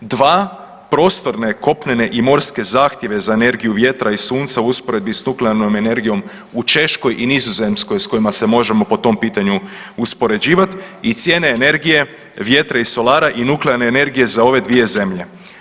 Dva, prostorne, kopnene i morske zahtjeve za energiju vjetra i sunca u usporedbi s nuklearnom energijom u Češkoj i Nizozemskoj s kojima se možemo po tom pitanju uspoređivati i cijene energije vjetra i solara i nuklearne energije za ove dvije zemlje.